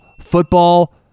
football